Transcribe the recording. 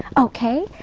okay.